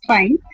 Fine